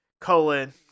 colon